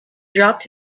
dropped